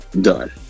done